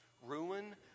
ruin